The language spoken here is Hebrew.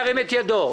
ירים את ידו.